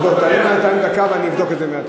תדבר בינתיים דקה ואני אבדוק את זה.